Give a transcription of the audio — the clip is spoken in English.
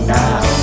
now